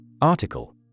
Article